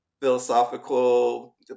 philosophical